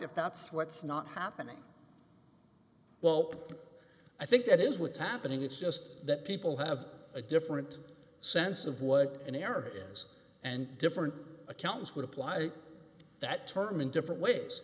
if that's what's not happening well i think that is what's happening it's just that people have a different sense of what an error is and different accounts would apply that term in different ways